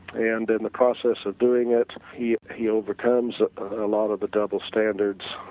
and in the process of doing it he he ah becomes a lot of the double standards,